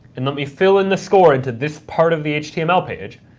and let me fill in the score into this part of the html page,